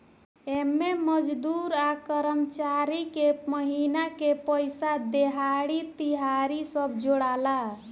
एमे मजदूर आ कर्मचारी के महिना के पइसा, देहाड़ी, तिहारी सब जोड़ाला